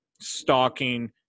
stalking